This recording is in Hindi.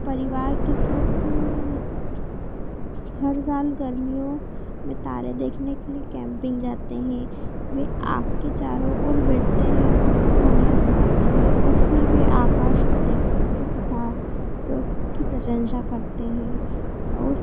परिवार के साथ इस हरजान गर्मियों में तारे देखने के लिए कैंपिंग जाते हैं वह आग के चारों ओर बैठते हैं और कहानियाँ सुनाते हैं और फ़िर वह आकाश को देख के सिता रो की प्रशंसा करते हैं और